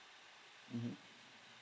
mm